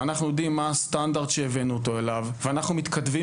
אנחנו יודעים מה הסטנדרט שהבאנו אותו אליו ואנחנו מתכתבים